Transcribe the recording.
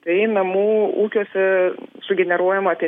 tai namų ūkiuose sugeneruojama apie